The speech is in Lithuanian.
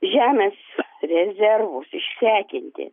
žemės rezervus išsekinti